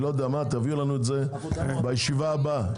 תביאו לנו את זה בישיבה הבאה.